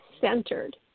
centered